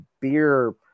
beer